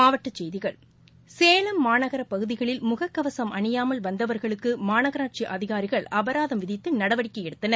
மாவட்டச் செய்திகள் சேலம் மாநகர பகுதிகளில் முகக்கவசம் அணியாமல் வந்தவர்களுக்கு மாநகராட்சி அதிகாரிகள் அபராதம் விதித்து நடவடிக்கை எடுத்தனர்